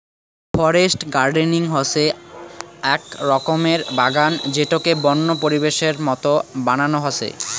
forest gardening হসে আক রকমের বাগান যেটোকে বন্য পরিবেশের মত বানানো হসে